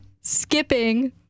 Skipping